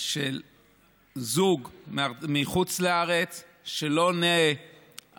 של זוג מחוץ לארץ שלא עונה